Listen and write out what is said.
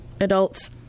adults